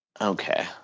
Okay